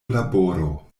laboro